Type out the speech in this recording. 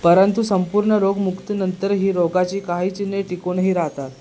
परंतु संपूर्ण रोगमुक्तीनंतर ही रोगाची काहीची चिन्हे टिकूनही राहतात